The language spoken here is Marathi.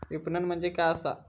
विपणन म्हणजे काय असा?